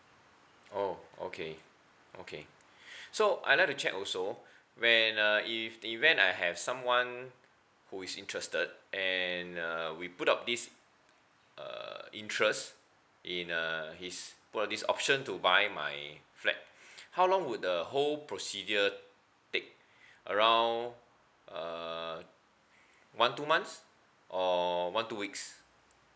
oh okay okay so I like to check also when uh if in the event I have someone who is interested and uh we put up this uh interest in uh his put up his option to buy my flat how long would the whole procedure take around uh one two months or one two weeks